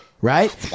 right